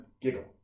giggle